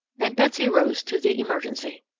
then betsy rose to the emergency.